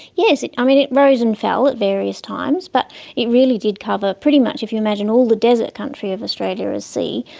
yes. i mean, it rose and fell at various times, but it really did cover pretty much, if you imagine all the desert country of australia as sea,